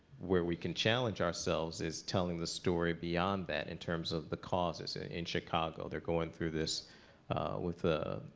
where we can challenge ourselves is telling the story beyond that in terms of the causes. ah in chicago, they're going through this with a